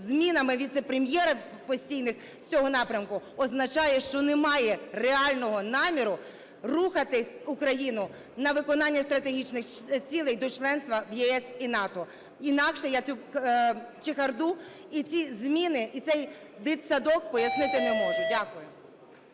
змінами віце-прем'єрів постійних з цього напрямку означає, що немає реального наміру рухати Україну на виконання стратегічних цілей до членства в ЄС і НАТО. Інакше я цю чехарду і ці зміни, і цей дитсадок пояснити не можу. Дякую.